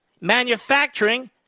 manufacturing